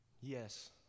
Yes